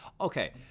Okay